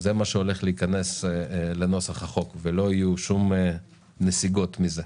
זה מה שהולך להיכנס לנוסח החוק ולא יהיו כל נסיגות מזה.